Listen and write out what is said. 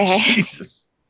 Jesus